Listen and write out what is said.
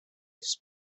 his